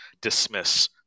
dismiss